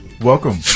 Welcome